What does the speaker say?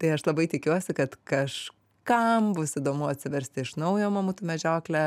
tai aš labai tikiuosi kad kažkam bus įdomu atsiversti iš naujo mamutų medžioklę